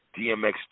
DMX